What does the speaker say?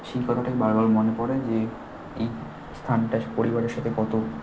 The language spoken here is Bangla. সেই কথাটাই বারবার মনে পড়ে যে এই স্থানটা পরিবারের সাথে কত